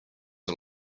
are